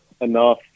enough